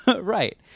Right